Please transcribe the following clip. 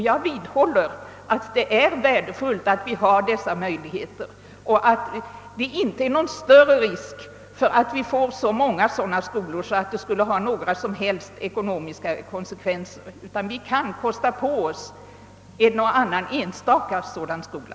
Jag vidhåller att det är värdefullt att vi har dessa möjligheter, ty det är inte någon större risk för att vi får så många skolor att försöket skulle leda till några som helst ekonomiska konsekvenser. Vi kan kosta på oss en och annan sådan skola.